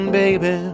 baby